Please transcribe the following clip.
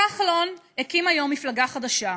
כחלון הקים היום מפלגה חדשה,